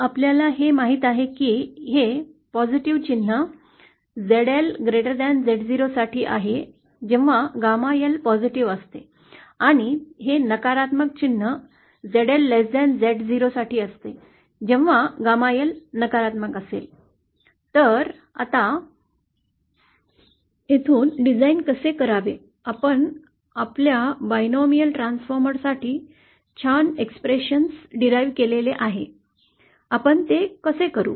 आणि आपल्याला हे माहित आहे की हे पॉझिटिव्ह चिन्ह ZLZ0 साठी आहे जेव्हा γ L पॉझिटिव्ह असते आणि हे नकारात्मक चिन्ह ZL Z 0 असते जेव्हा γ L नकारात्मक असेल तर आता येथून डिझाईन कसे करावे आपण आपल्याद्विपदीय ट्रान्सफॉर्मर साठी छान अभिव्यक्ती व्युत्पन्न केलेले आहे आपण ते कसे करू